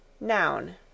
Noun